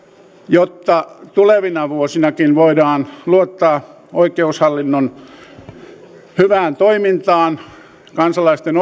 jotta tulevina vuosinakin voidaan luottaa oikeushallinnon hyvään toimintaan kansalaisten